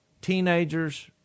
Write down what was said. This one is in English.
teenagers